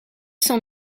cent